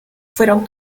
fueron